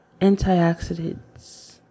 antioxidants